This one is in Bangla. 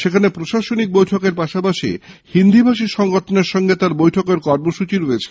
সেখানে প্রশাসনিক বৈঠকের পাশাপাশি হিন্দি ভাষী সংগঠনের সঙ্গে তার বৈঠকের কর্মসূচি রয়েছে